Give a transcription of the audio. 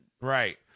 Right